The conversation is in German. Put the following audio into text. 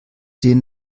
den